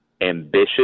ambitious